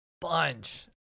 bunch